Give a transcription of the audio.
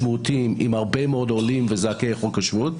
משמעותיים עם הרבה מאוד עולים וזכאי חוק השבות.